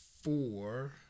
four